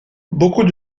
beaucoup